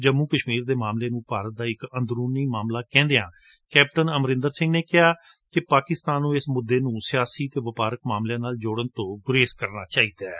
ਜੰਮੁ ਕੁਸ਼ਮੀਰ ਦੇ ਮਾਮਲੇ ਨੂੰ ਭਾਰਤ ਦਾ ਇਕ ਅੰਦਰੁਨੀ ਮਾਮਲਾ ਕਹਿੰਦਿਆਂ ਕੈਪਟਨ ਅਮਰਿੰਦਰ ਸਿੰਘ ਨੇ ਕਿਹਾ ਕਿ ਪਾਕਿਸਤਾਨ ਨੂੰ ਇਸ ਮੁੱਦੇ ਨੂੰ ਸਿੱਆਸੀ ਅਤੇ ਵਪਾਰਕ ਮਾਮਲਿਆ ਨਾਲ ਜੋੜਨ ਤੋਂ ਗੁਰੇਜ਼ ਕਰਨਾ ਚਾਹੀਦੈ